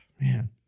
man